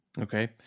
okay